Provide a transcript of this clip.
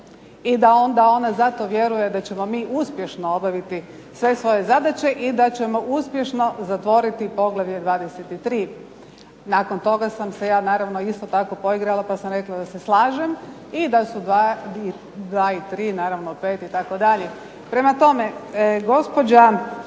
i da onda ona zato vjeruje da ćemo mi uspješno obaviti sve svoje zadaće i da ćemo uspješno zatvoriti poglavlje 23. Nakon toga sam se ja naravno isto tako poigrala pa sam rekla da se slažem i da su dva i tri naravno pet itd. Prema tome, gospođa